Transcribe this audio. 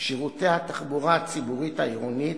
את שירותי התחבורה הציבורית העירונית,